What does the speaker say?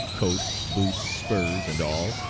coat, boots, spurs, and all,